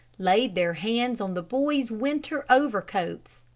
laid their hands on the boys' winter overcoats.